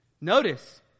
Notice